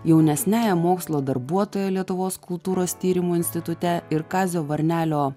jaunesniąja mokslo darbuotoja lietuvos kultūros tyrimų institute ir kazio varnelio